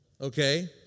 okay